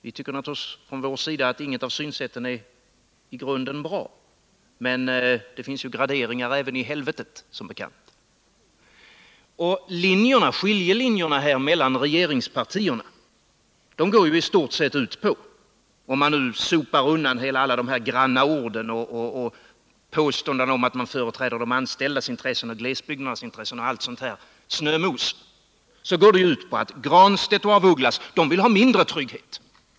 Vi tycker naturligtvis på vår sida att inget av synsätten i grunden är bra, men det finns som bekant graderingar även i helvetet. Skiljelinjen mellan regeringspartierna — om man sopar undan alla de granna orden, påståendena om att man företräder de anställdas och glesbygdernas intressen samt all annan sådan snömos — är i stort sett att Pär Granstedt och Margaretha af Ugglas vill ha mindre trygghet.